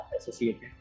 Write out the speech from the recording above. associated